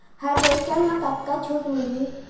Harvester म कतका छूट मिलही?